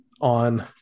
on